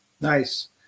Nice